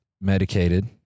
medicated